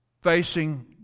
facing